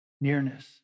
nearness